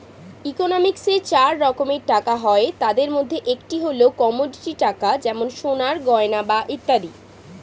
ইকোনমিক্সে চার রকম টাকা হয়, তাদের মধ্যে একটি হল কমোডিটি টাকা যেমন সোনার গয়না বা ইত্যাদি